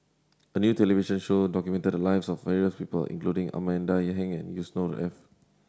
a new television show documented the lives of various people including Amanda Heng and Yusnor Ef